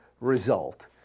result